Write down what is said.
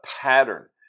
pattern